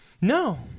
No